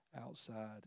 outside